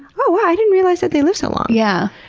oh wow. i didn't realize that they live so long. yeah.